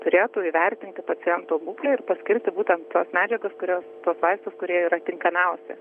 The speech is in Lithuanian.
turėtų įvertinti paciento būklę ir paskirti būtent tos medžiagos kurios tuos vaistus kurie yra tinkamiausi